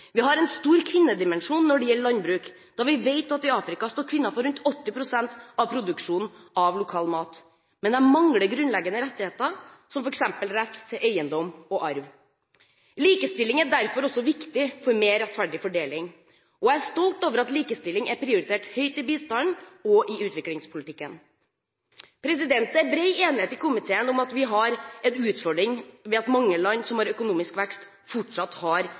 Vi har en stor kvinnedimensjon i landbruket. Vi vet at i Afrika står kvinner for 80 pst. av produksjonen av lokal mat. Men de mangler grunnleggende rettigheter, som f.eks. rett til eiendom og arv. Likestilling er derfor også viktig for mer rettferdig fordeling. Jeg er stolt over at likestilling er prioritert høyt i bistands- og utviklingspolitikken. Det er bred enighet i komiteen om at vi har en utfordring ved at mange land som har økonomisk vekst, fortsatt har